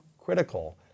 critical